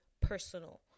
personal